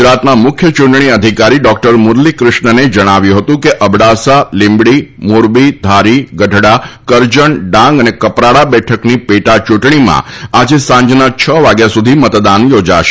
ગુજરાતના મુખ્ય યૂંટણી અધિકારી ડોક્ટર મુરલી કૃષ્ણને જણાવ્યું હતું કે અબડાસા લિંબડી મોરબી ધારી ગઢડા કરજણ ડાંગ અને કપરાડા બેઠકની પેટા યૂંટણીમાં આજે સાંજના છ વાગ્યા સુધી મતદાન યોજાશે